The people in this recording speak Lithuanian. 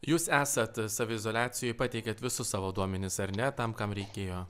jūs esat saviizoliacijoj pateikėt visus savo duomenis ar ne tam kam reikėjo